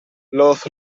laughs